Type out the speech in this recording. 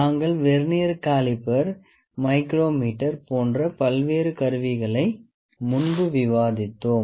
நாங்கள் vernier caliper micrometer போன்ற பல்வேறு கருவிகளை முன்பு விவாதித்தோம்